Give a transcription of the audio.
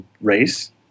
race